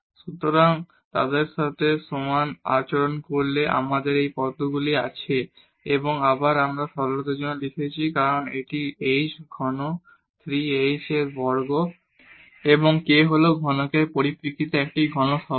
সুতরাং তাদের সাথে সমান আচরণ করলে আমাদের এই পদগুলি আছে এবং আবার আমরা সরলতার জন্য লিখেছি কারণ এটি h ঘন 3 h বর্গ k 3 h k বর্গ এবং k হল ঘনকের পরিপ্রেক্ষিতে একটি ঘন শব্দ